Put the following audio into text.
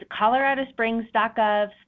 coloradosprings.gov